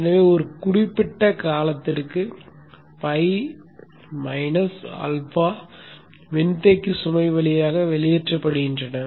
எனவே ஒரு குறிப்பிட்ட காலத்திற்கு பை மைனஸ் ஆல்பா மின்தேக்கி சுமை வழியாக வெளியேற்றப்படுகின்றன